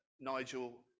nigel